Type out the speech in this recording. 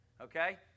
Okay